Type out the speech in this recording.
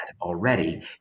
already